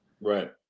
Right